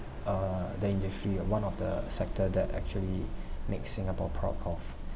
uh the industry one of the sector that actually make singapore proud of